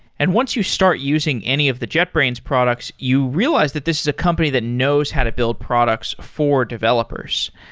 and once you start using any of the jetbrains products, you realize that this is a company that knows how to build products for developers.